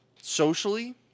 socially